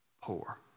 poor